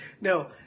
no